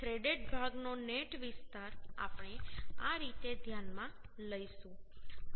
તેથી થ્રેડેડ ભાગનો નેટ વિસ્તાર આપણે આ રીતે ધ્યાનમાં લઈશું